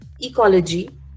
ecology